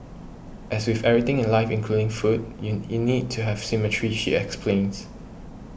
as with everything in life including food you you need to have symmetry she explains